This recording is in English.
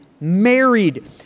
married